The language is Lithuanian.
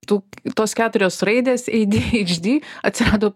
tų tos keturios raidės adhd atsirado